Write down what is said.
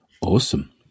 Awesome